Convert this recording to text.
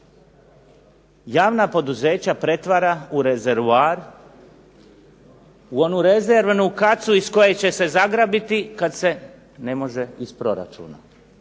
javna poduzeća pretvara u rezervoar u onu rezervnu kacu iz koje će se zagrabiti kad se ne može iz proračuna.